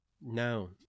No